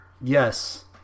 yes